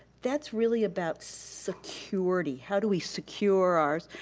that's really about security, how do we secure our.